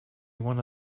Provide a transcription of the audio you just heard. one